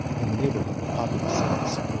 and the neighborhood of populous cities.